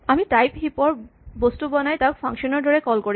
আমি type heap ৰ বস্তু বনাই তাক ফাংচন ৰ দৰে কল কৰিম